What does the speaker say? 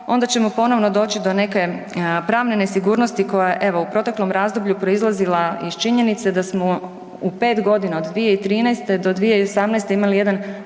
onda ćemo ponovno doći do neke pravne nesigurnosti koja je evo u proteklom razdoblju proizlazila iz činjenice da smo u 5.g. od 2013. do 2018. imali jedan